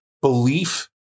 belief